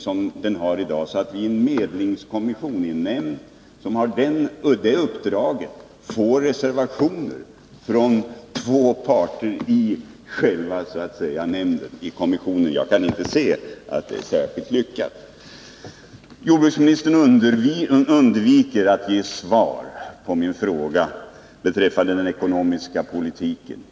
Jag kan inte finna att det är lyckligt att medlingskommissionen får reservationer från två parter i själva nämnden. Jordbruksministern undviker att ge svar på min fråga beträffande den ekonomiska politiken.